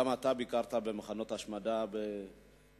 גם אתה ביקרת במחנות ההשמדה בגרמניה,